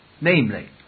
namely